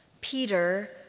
Peter